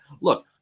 Look